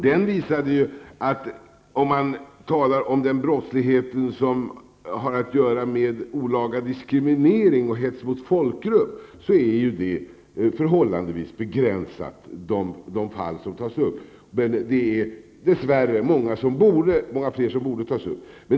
Den visade ju, om man talar om den brottslighet som har att göra med olaga diskriminering och hets mot folkgrupp, att ett förhållandevis begränsat antal fall tas upp men att dess värre många fler borde tas upp.